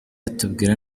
itubwira